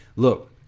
Look